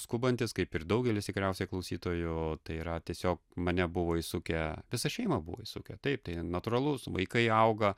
skubantis kaip ir daugelis tikriausiai klausytojų tai yra tiesiog mane buvo įsukę visą šeimą buvo įsukę taip tai natūralus vaikai auga